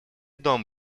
дом